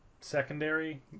secondary